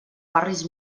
barris